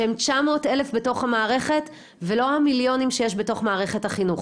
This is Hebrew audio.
שהן 900 אלף בתוך המערכת ולא המיליונים שיש בתוך מערכת החינוך.